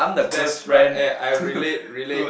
that's right eh I relate relate